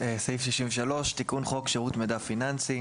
אמירה כללית לגבי סעיף 33. חוק שירות מידע פיננסי